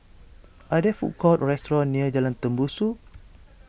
are there food courts or restaurants near Jalan Tembusu